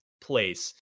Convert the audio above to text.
place